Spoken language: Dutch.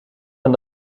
van